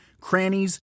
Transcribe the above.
crannies